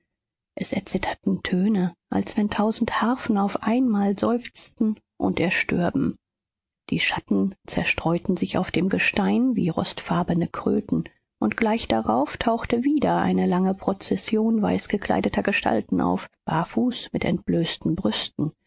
es erzitterten töne als wenn tausend harfen auf einmal seufzten und erstürben die schatten zerstreuten sich auf dem gestein wie rostfarbene kröten und gleich darauf tauchte wieder eine lange prozession weißgekleideter gestalten auf barfuß mit entblößten brüsten